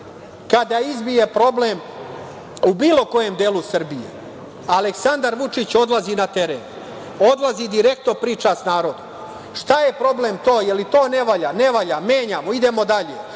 izbije problem u bilo kom delu Srbije Aleksandar Vučić odlazi na teren, odlazi i direktno priča sa narodom. Šta je problem, jel to ne valja? Ne valja – menjamo, idemo dalje.